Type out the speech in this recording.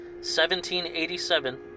1787